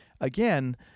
again